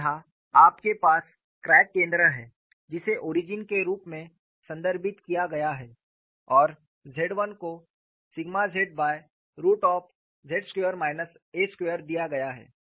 और यहाँ आपके पास क्रैक केंद्र है जिसे ओरिजिन के रूप में संदर्भित किया गया है और Z 1 को zz2 a2 दिया गया है